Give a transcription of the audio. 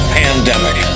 pandemic